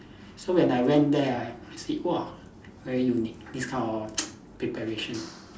so when I went there ah I see !wah! very unique this kind of preparation